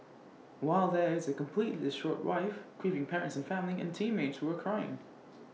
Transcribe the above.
while there is A completely distraught wife grieving parents and family and teammates who are crying